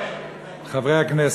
חברי הכנסת,